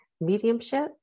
mediumship